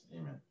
Amen